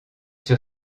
sur